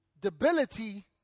debility